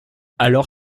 alors